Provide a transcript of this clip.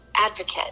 advocate